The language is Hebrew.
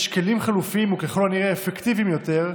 יש כלים חלופיים, וככל הנראה אפקטיביים יותר,